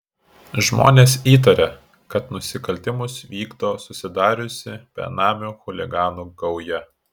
žmonės įtaria kad nusikaltimus vykdo susidariusi benamių chuliganų gauja